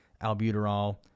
albuterol